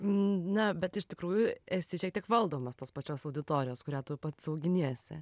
na bet iš tikrųjų esi šiek tiek valdomas tos pačios auditorijos kurią tu pats auginiesi